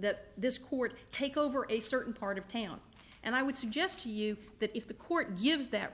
that this court take over a certain part of town and i would suggest to you that if the court gives that